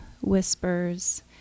whispers